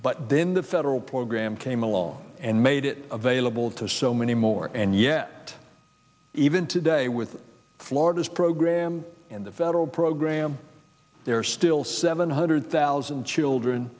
but then the federal program came along and made it available to so many more and yet even today with florida's program in the federal program there are still seven hundred thousand children